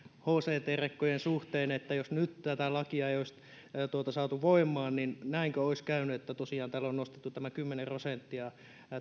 hct rekkojen suhteen että jos tätä lakia ei nyt olisi saatu voimaan niin näinkö olisi käynyt että tosiaan täällä on nostettu että kymmenen prosenttia